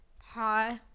Hi